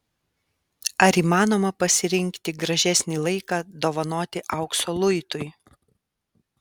ar įmanoma pasirinkti gražesnį laiką dovanoti aukso luitui